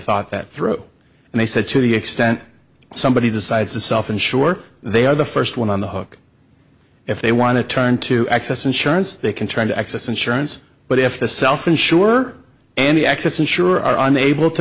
thought that through and they said to the extent somebody decides to self insure they are the first one on the hook if they want to turn to access insurance they can try to access insurance but if the self insured or any access insurer are unable to